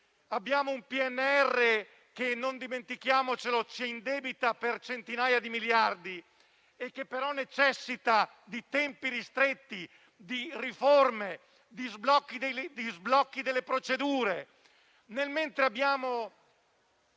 resilienza che - non dimentichiamolo - ci indebita per centinaia di miliardi e che però necessità di tempi ristretti di riforme, di sblocchi delle procedure,